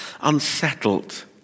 unsettled